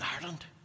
Ireland